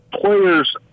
players